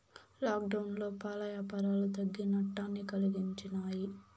లాక్డౌన్లో పాల యాపారాలు తగ్గి నట్టాన్ని కలిగించాయి